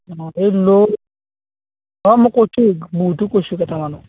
অঁ এই ল' অঁ মই কৈছোঁ ময়োতো কৈছোঁ কেইটামানক